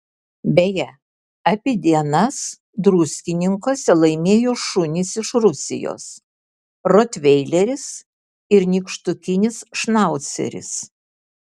beje abi dienas druskininkuose laimėjo šunys iš rusijos rotveileris ir nykštukinis šnauceris